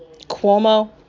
Cuomo